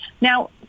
Now